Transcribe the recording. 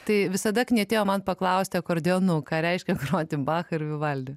tai visada knietėjo man paklausti akordeonu ką reiškia groti bachą ir vivaldį